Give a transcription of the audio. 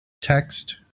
text